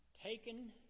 Taken